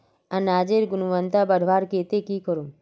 अनाजेर गुणवत्ता बढ़वार केते की करूम?